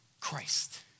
Christ